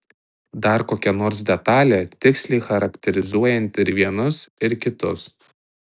dar kokia nors detalė tiksliai charakterizuojanti ir vienus ir kitus